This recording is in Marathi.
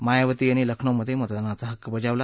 मायावती यांनी लखनौमधे मतदानाचा हक्क बजावला